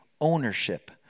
ownership